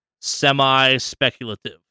semi-speculative